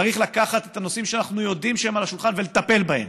צריך לקחת את הנושאים שאנחנו יודעים שהם על השולחן ולטפל בהם,